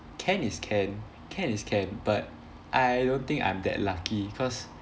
can is can can is can but I don't think I'm that lucky cause